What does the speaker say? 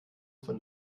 von